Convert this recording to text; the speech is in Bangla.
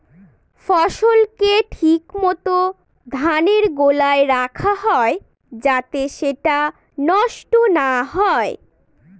ফসলকে ঠিক মত ধানের গোলায় রাখা হয় যাতে সেটা নষ্ট না হয়